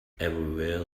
everywhere